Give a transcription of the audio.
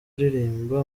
aririmba